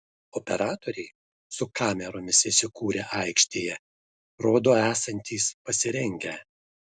operatoriai su kameromis įsikūrę aikštėje rodo esantys pasirengę